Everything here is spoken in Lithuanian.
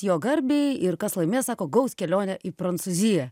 jo garbei ir kas laimės sako gaus kelionę į prancūziją